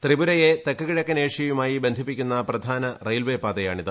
ത്രിപുരയെ തെക്ക് കിഴക്കൻ ഏഷ്യയുമായി ബന്ധിപ്പിക്കുന്ന പ്രധാന റെയിൽവേ പാതയാണിത്